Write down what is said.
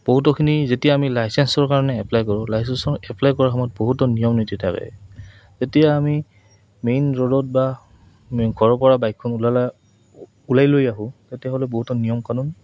বহুতোখিনি যেতিয়া আমি লাইচেঞ্চৰ কাৰণে এপ্লাই কৰোঁ লাইচেঞ্চখন এপ্লাই কৰাৰ সময়ত বহুতো নিয়ম নীতি থাকে যেতিয়া আমি মেইন ৰ'ডত বা ম ঘৰৰ পৰা বাইকখন ওলালে ওলাই লৈ আহোঁ তেতিয়াহ'লে বহুতো নিয়ম কানুন